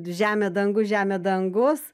žemė dangus žemė dangus